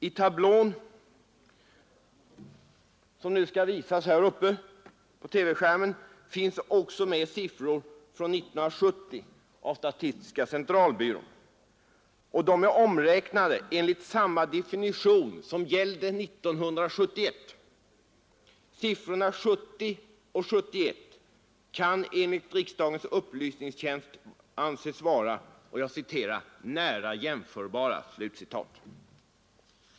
I tabell I, som nu skall visas på TV-skärmen, finns också med statistiska centralbyråns siffror från år 1970, omräknade enligt samma definition som gällde 1971. Siffrorna 1970 och 1971 kan enligt riksdagens upplysningstjänst anses vara ”nära jämförbara”.